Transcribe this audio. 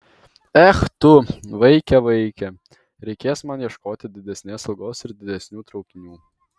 ech tu vaike vaike reikės man ieškoti didesnės algos ir didesnių traukinių